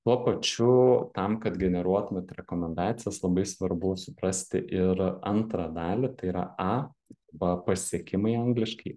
tuo pačiu tam kad generuotumėt rekomendacijas labai svarbu suprasti ir antrą dalį tai yra a ba pasiekimai angliškai